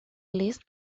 least